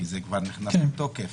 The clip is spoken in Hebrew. כי זה כבר נכנס לתוקף,